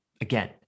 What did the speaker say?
again